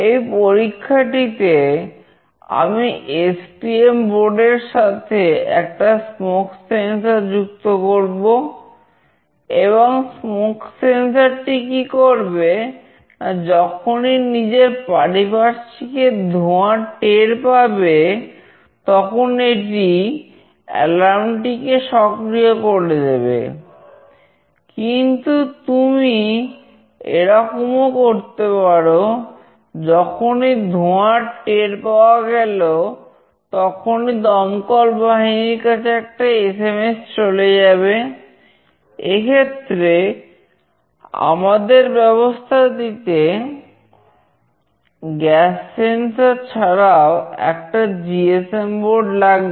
এই পরীক্ষাটিতে আমি এসটিএম বোর্ড লাগবে